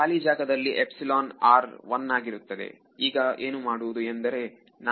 ಖಾಲಿ ಜಾಗದಲ್ಲಿ epsilon r 1 ಆಗಿರುತ್ತದೆ ಈಗ ಏನು ಮಾಡುವುದು ಎಂದರೆ